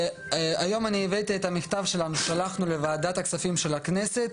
הבאתי את המכתב ששלחנו לוועדת הכספים של הכנסת,